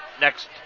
next